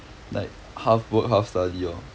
like half work half study orh